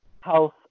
health